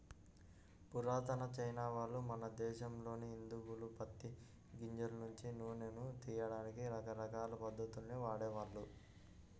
పురాతన చైనావాళ్ళు, మన దేశంలోని హిందువులు పత్తి గింజల నుంచి నూనెను తియ్యడానికి రకరకాల పద్ధతుల్ని వాడేవాళ్ళు